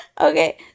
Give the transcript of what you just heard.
Okay